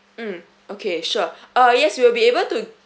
mm okay sure uh yes we will be able to